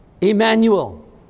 Emmanuel